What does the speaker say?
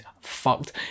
fucked